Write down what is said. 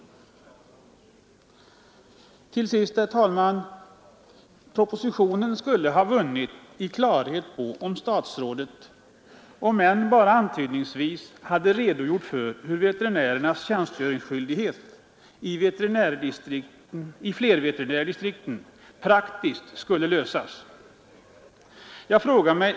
Propositionen skulle ha vunnit i klarhet om statsrådet — om än bara antydningsvis — hade redogjort för hur veterinärernas tjänstgöringsskyldighet i flerveterinärdistrikten praktiskt skall ordnas.